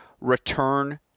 return